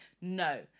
No